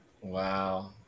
Wow